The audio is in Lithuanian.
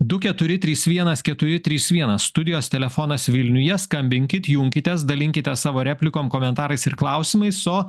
du keturi trys vienas keturi trys vienas studijos telefonas vilniuje skambinkit junkitės dalinkitės savo replikom komentarais ir klausimais o